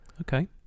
Okay